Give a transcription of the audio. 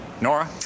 Nora